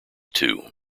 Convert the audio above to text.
two